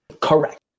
Correct